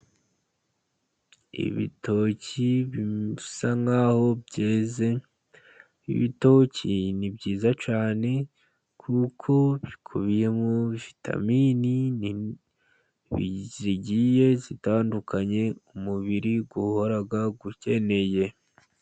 Ibitoki bisa nk'aho byeze, ibitoki ni byiza cyane, kuko bikubiyemo vitamini zigiye zitandukanye, umubiri uhora ukeneye.